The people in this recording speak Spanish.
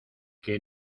que